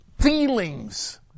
feelings